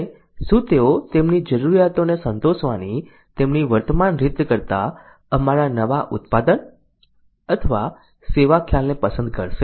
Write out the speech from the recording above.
અને શું તેઓ તેમની જરૂરિયાતોને સંતોષવાની તેમની વર્તમાન રીત કરતાં અમારા નવા ઉત્પાદન અથવા સેવા ખ્યાલને પસંદ કરશે